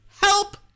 help